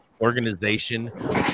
organization